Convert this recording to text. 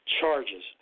Charges